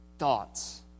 thoughts